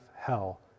Hell